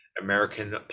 American